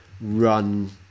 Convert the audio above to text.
run